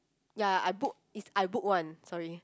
ya I book is I book one sorry